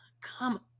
Come